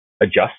adjust